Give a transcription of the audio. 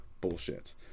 bullshit